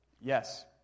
Yes